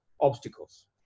obstacles